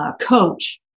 coach